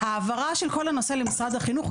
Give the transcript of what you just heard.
העברה של כל הנושא למשרד החינוך,